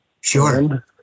Sure